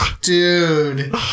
Dude